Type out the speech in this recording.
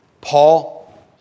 Paul